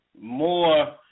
more